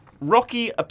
Rocky